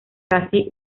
casi